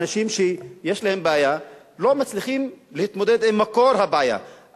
אנשים שיש להם בעיה לא מצליחים להתמודד עם מקור הבעיה,